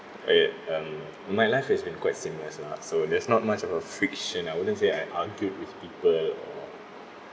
oh ya um my life has been quite seamless lah so there's not much of a fiction I wouldn't say I argued with people or